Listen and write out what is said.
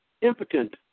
impotent